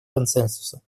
консенсуса